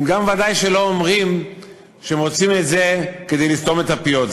הם גם ודאי שלא אומרים שהם עושים את זה כדי לסתום את הפיות,